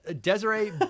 Desiree